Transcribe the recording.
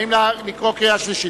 האם לקרוא קריאה שלישית?